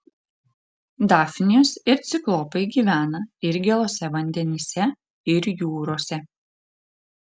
dafnijos ir ciklopai gyvena ir gėluose vandenyse ir jūrose